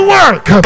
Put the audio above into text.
work